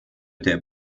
der